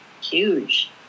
huge